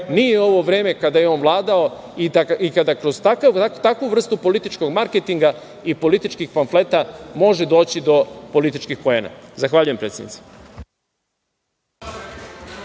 nije ovo vreme kada je on vladao, kada kroz takvu vrstu političkog marketinga i političkih pamfleta može doći do političkih poena. Zahvaljujem,